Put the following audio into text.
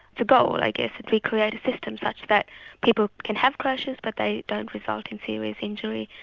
a goal, i guess, that we create a system such that people can have crashes but they don't result in serious injury.